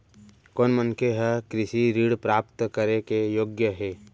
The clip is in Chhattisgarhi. कोन मनखे ह कृषि ऋण प्राप्त करे के योग्य हे?